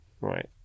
right